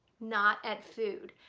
not at food.